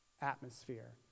atmosphere